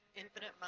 Infinite